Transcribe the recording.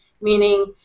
meaning